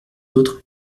autres